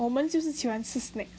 我们就是喜欢吃 snack